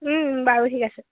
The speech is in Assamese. বাৰু ঠিক আছে